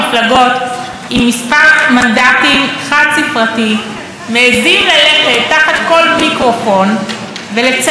חד-ספרתי מעיזים ללכת לכל מיקרופון ולציין שהם הרוב,